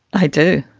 i do.